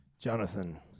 Jonathan